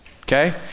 okay